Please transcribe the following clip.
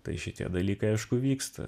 tai šitie dalykai aišku vyksta